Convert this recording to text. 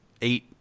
eight